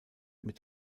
mit